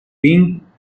vínculos